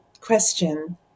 question